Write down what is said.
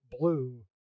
Blue